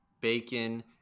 bacon